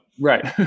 Right